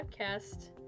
podcast